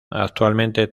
actualmente